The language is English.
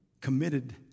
committed